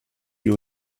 you